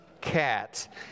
cat